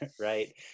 right